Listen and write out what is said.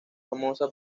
famosa